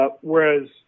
Whereas